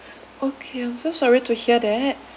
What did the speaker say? okay I'm so sorry to hear that